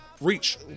reach